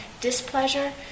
displeasure